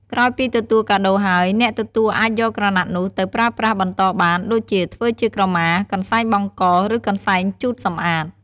ក្រោយពីទទួលកាដូរហើយ អ្នកទទួលអាចយកក្រណាត់នោះទៅប្រើប្រាស់បន្តបាន ដូចជាធ្វើជាក្រមា កន្សែងបង់ក ឬកន្សែងជូតសម្អាត។